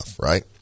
right